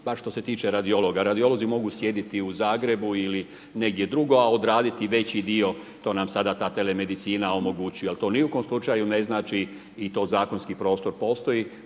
bar što se tiče radiologa, radiolozi mogu sjediti u Zagrebu ili negdje drugdje, a odraditi veći dio to nam sada ta telemedicina omogućuje. Ali to u ni u kom slučaju ne znači i to zakonski prostor postoji